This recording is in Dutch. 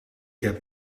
heb